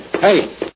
Hey